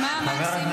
--- התעורר.